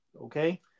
okay